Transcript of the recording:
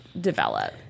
develop